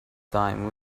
time